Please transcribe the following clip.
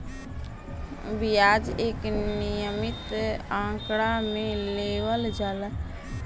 बियाज एक नियमित आंकड़ा मे लेवल जाला